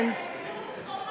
הוא משחרר